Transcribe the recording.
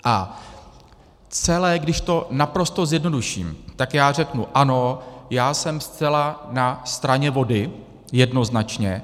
A celé když to naprosto zjednoduším, tak já řeknu ano, já jsem zcela na straně vody, jednoznačně.